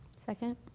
second?